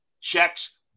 checks